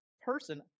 person